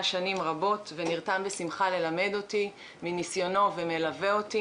שנים רבות ונרתם בשמחה ללמד אותי מניסיונו ומלווה אותי.